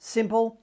Simple